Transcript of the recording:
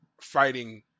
fighting